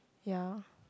ya